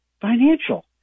financial –